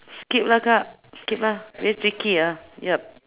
skip lah kak skip lah very tricky ah yup